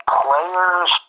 players